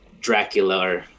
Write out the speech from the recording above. Dracula